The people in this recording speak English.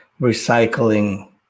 recycling